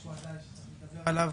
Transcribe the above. שעדיין צריך לדבר עליו,